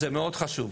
זה מאוד חשוב.